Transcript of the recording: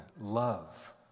love